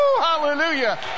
Hallelujah